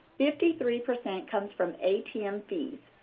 fifty three percent comes from atm fees.